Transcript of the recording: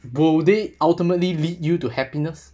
go they ultimately lead you to happiness